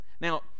Now